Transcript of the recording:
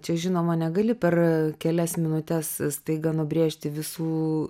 čia žinoma negali per kelias minutes staiga nubrėžti visų